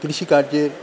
কৃষিকার্যের